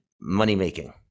money-making